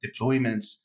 deployments